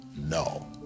no